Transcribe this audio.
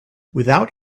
without